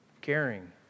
caring